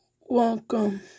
welcome